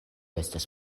estas